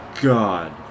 God